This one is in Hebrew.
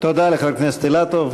תודה לחבר הכנסת אילטוב.